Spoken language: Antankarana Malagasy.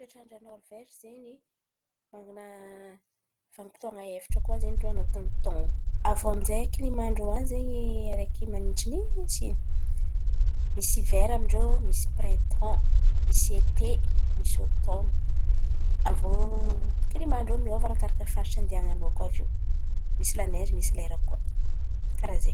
Toetrandra Nôrvezy zen̈y, man̈ana vanim-potoan̈a efatra koa zen̈y rô an̈atin’ny taon̈o. Avô aminjay zen̈y klimàn-drô an̈y zen̈y araiky manitsinintsy in̈y. Misy ivera amin-drô, misy praintan, misy ete, misy ôtomo. Avô klimàn-drô miôva arakaraka faritra andianan̈ao koa aviô. Misy la neizy misy lera koa, karàha ze.